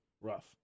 Rough